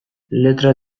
letra